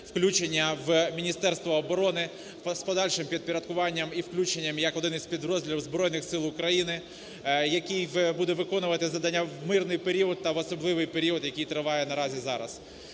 включення в Міністерство оборони, господарчим підпорядкуванням і включенням як одного з підрозділів Збройних Сил України, який буде виконувати завдання в мирний період та в особливий період, який триває наразі зараз.